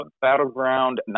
Battleground